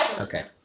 Okay